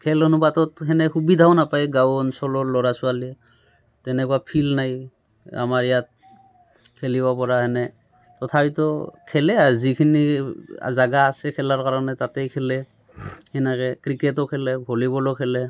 খেল অনুপাতত সেনে সুবিধাও নাপায় গাঁও অঞ্চলৰ ল'ৰা ছোৱালীয়ে তেনেকুৱা ফিল্ড নাই আমাৰ ইয়াত খেলিব পৰা এনে তথাপিতো খেলে আৰু যিখিনি জেগা আছে খেলাৰ কাৰণে তাতেই খেলে সেনেকৈ ক্ৰিকেটো খেলে ভলীবলো খেলে